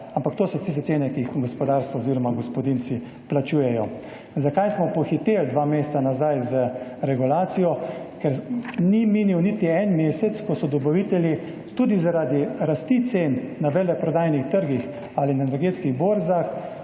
Ampak to so tiste cene, ki jih gospodarstvo oziroma gospodinjci plačujejo. Zakaj smo pohiteli dva meseca nazaj z regulacijo? Ker ni minil niti en mesec, ko so dobavitelji tudi zaradi rasti cen na veleprodajnih trgih ali na energetskih borzah